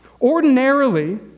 ordinarily